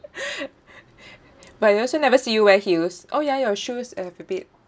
but we also never see you wear heels oh ya your shoes have a bit